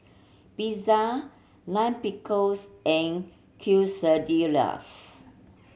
Pizza Lime Pickles and Quesadillas